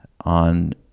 on